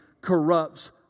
corrupts